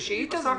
ושהיא תסביר.